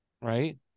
right